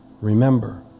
Remember